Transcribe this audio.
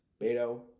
Beto